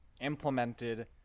implemented